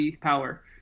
power